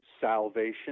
salvation